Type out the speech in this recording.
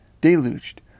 deluged